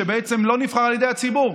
שבעצם לא נבחרו על ידי הציבור.